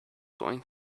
going